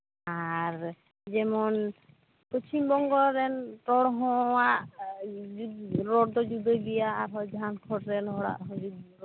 ᱟᱨ ᱡᱮᱢᱚᱱ ᱯᱚᱪᱷᱤᱢ ᱵᱚᱝᱜᱚ ᱨᱮᱱ ᱨᱚᱲ ᱨᱚᱲ ᱫᱚ ᱡᱩᱫᱟᱹ ᱜᱮᱭᱟ ᱟᱨᱦᱚᱸ ᱡᱷᱟᱲᱠᱷᱚᱸᱰ ᱨᱮᱱ ᱦᱚᱲᱟᱜ ᱦᱚᱸ ᱨᱚᱲ ᱫᱚ ᱡᱩᱫᱟᱹ ᱜᱮᱭᱟ